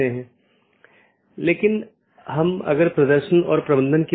तो मुख्य रूप से ऑटॉनमस सिस्टम मल्टी होम हैं या पारगमन स्टब उन परिदृश्यों का एक विशेष मामला है